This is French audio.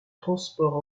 transports